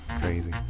Crazy